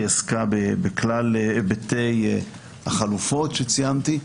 היא עסקה בכלל היבטי החלופות שציינתי.